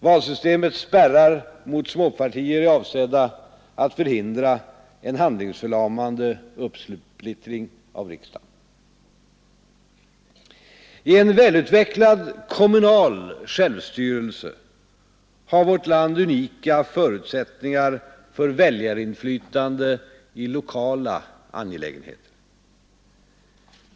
Valsystemets spärrar mot småpartier är avsedda att förhindra en handlingsförlamande uppsplittring av riksdagen. I en välutvecklad kommunal självstyrelse har vårt land unika förutsättningar för väljarinflytande i lokala angelägenheter.